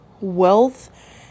Wealth